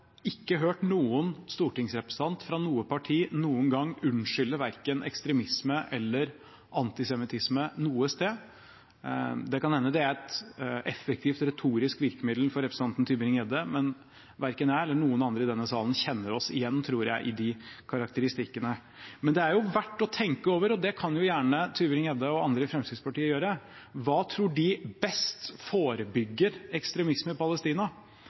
ikke hørt noen stortingsrepresentant fra noe parti noen gang unnskylde verken ekstremisme eller antisemittisme noe sted. Det kan hende det er et effektivt retorisk virkemiddel for representanten Tybring-Gjedde, men verken jeg eller noen andre i denne salen kjenner seg igjen – tror jeg – i de karakteristikkene. Men det er verdt å tenke over – og det kan gjerne Tybring-Gjedde og andre i Fremskrittspartiet gjøre – følgende: Hva tror de best forebygger ekstremisme i Palestina?